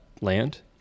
land